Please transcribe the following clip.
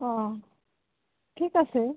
অঁ ঠিক আছে